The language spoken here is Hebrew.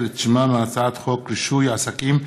את שמה מהצעת חוק רישוי עסקים (תיקון,